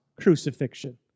crucifixion